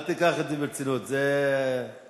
גל האלימות הקשה ומקרי הירי